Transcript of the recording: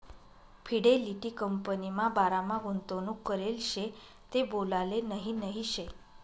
Fidelity कंपनीमा बारामा गुंतवणूक करेल शे ते बोलाले नही नही शे